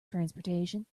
transportation